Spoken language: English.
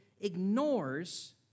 ignores